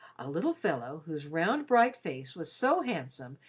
a little fellow whose round bright face was so handsome,